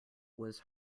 was